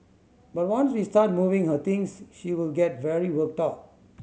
but once we start moving her things she will get very worked up